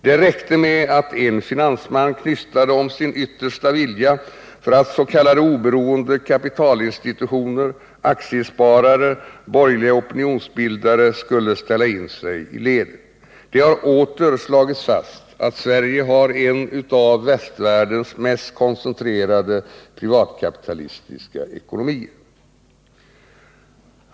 Det räckte med att en finansman knystade om sin yttersta vilja för att ”oberoende” kapitalinstitutioner, aktiesparare och borgerliga opinionsbildare skulle ställa in sig i ledet. Det har åter slagits fast att Sverige har en av västvärldens mest koncentrerade privatkapitalistiska ekonomier.